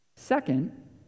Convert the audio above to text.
Second